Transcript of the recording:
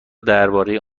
درباره